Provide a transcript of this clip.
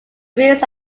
wheels